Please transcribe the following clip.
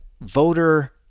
voter